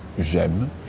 j'aime